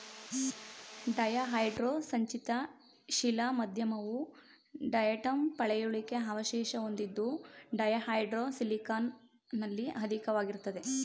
ಡಯಾಹೈಡ್ರೋ ಸಂಚಿತ ಶಿಲಾ ಮಾಧ್ಯಮವು ಡಯಾಟಂ ಪಳೆಯುಳಿಕೆ ಅವಶೇಷ ಹೊಂದಿದ್ದು ಡಯಾಹೈಡ್ರೋ ಸಿಲಿಕಾನಲ್ಲಿ ಅಧಿಕವಾಗಿರ್ತದೆ